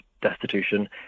destitution